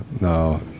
no